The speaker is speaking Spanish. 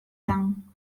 kan